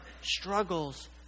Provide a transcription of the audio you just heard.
struggles